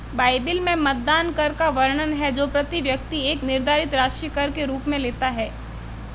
Bible में मतदान कर का वर्णन है जो प्रति व्यक्ति एक निर्धारित राशि कर के रूप में लेता है